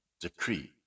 decree